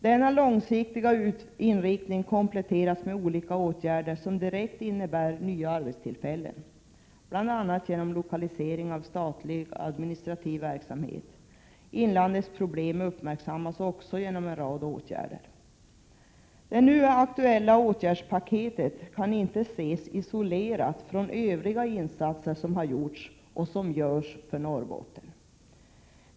Denna långsiktiga inriktning kompletteras med olika åtgärder som direkt innebär nya arbetstillfällen, bl.a. genom lokalisering av statlig administrativ verksamhet. Inlandets problem uppmärksammas också genom en rad åtgärder. Det nu aktuella åtgärdspaketet kan inte ses isolerat från övriga insatser som har gjorts — och som görs — för Norrbotten.